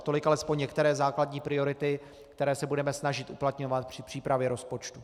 Tolik alespoň některé základní priority, které se budeme snažit uplatňovat při přípravě rozpočtu.